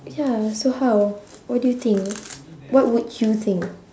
ya so how what do you think what would you think